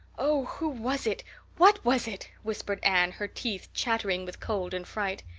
oh, who was it what was it? whispered anne, her teeth chattering with cold and fright.